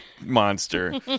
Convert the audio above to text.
monster